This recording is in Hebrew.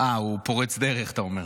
אה, הוא פורץ דרך, אתה אומר.